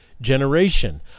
generation